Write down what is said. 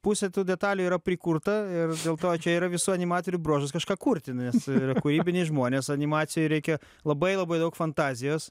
pusė tų detalių yra prikurta ir dėl to čia yra visų animatorių bruožas kažką kurti nes kūrybiniai žmonės animacijoj reikia labai labai daug fantazijos